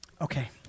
okay